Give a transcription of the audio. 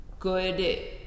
good